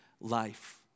life